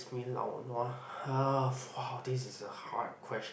what makes me lao nua ah this is a hard question